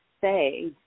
say